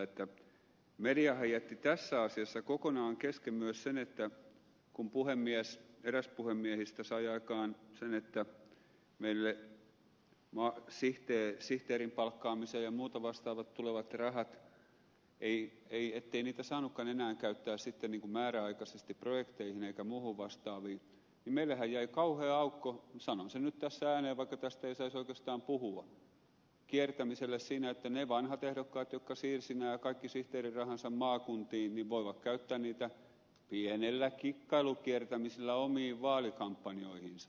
mediahan jätti tässä asiassa kokonaan kesken myös sen käsittelyn että kun eräs puhemiehistä sai aikaan sen ettei meille sihteerin palkkaamiseen ja muuhun vastaavaan tulevia rahoja saanutkaan enää käyttää määräaikaisesti projekteihin eikä muihin vastaaviin niin meillähän jäi kauhea aukko sanon sen nyt tässä ääneen vaikka tästä ei saisi oikeastaan puhua kiertämiselle siinä että ne vanhat ehdokkaat jotka siirsivät kaikki sihteerirahansa maakuntiin voivat käyttää niitä pienellä kikkailukiertämisellä omiin vaalikampanjoihinsa